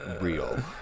real